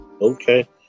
okay